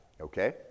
Okay